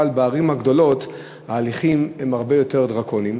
אבל בערים הגדולות ההליכים הם הרבה יותר דרקוניים.